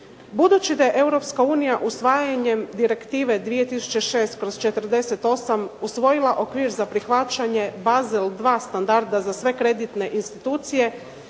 Europska unija usvajanjem Direktive 2006/48 usvojila okvir za prihvaćanje bazel 2 standarda za sve kreditne institucije